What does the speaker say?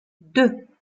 deux